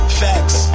facts